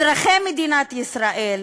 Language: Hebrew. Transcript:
אזרחי מדינת ישראל,